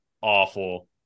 awful